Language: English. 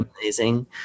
Amazing